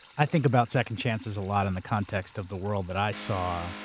i think about second chances a lot in the context of the world that i saw